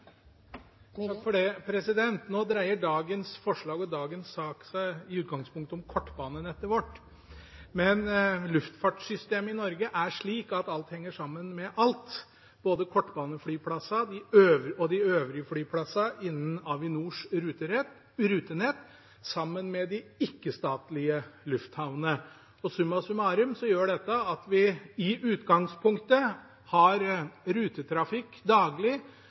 slik at alt henger sammen med alt, både kortbaneflyplassene og de øvrige flyplassene innen Avinors rutenett, sammen med de ikke-statlige lufthavnene. Og summa summarum gjør dette at vi i utgangspunktet har rutetrafikk daglig